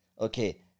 okay